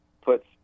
puts